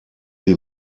die